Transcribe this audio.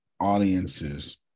audiences